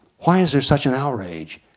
why is there such an outrage?